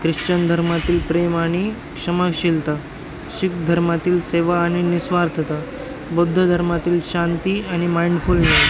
Christian धर्मातील प्रेम आणि क्षमाशीलता शीख धर्मातील सेवा आणि निस्वार्थता बौद्ध धर्मातील शांती आणि माइंडफुल ने